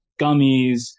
gummies